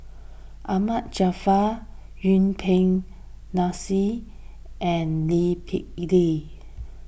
Ahmad Jaafar Yuen Peng Nancy and Lee Kip Lee